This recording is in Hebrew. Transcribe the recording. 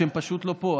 שהם פשוט לא פה,